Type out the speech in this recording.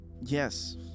Yes